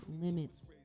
limits